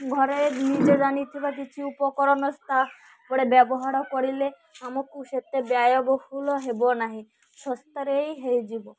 ଘରେ ନିଜେ ଜାଣିଥିବା କିଛି ଉପକରଣସ୍ଥା ପଡ଼େ ବ୍ୟବହାର କରିଲେ ଆମକୁ ସେତେ ବ୍ୟୟବହୁଳ ହେବ ନାହିଁ ଶସ୍ତାରେ ହି ହେଇଯିବ